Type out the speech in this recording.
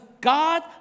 God